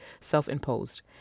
self-imposed